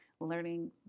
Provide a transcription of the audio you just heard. learning